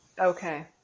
Okay